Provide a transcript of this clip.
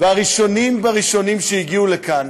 והראשונים שהגיעו לכאן